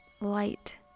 light